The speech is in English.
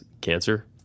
cancer